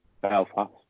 Belfast